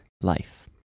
life